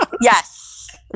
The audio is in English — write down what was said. Yes